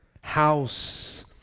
House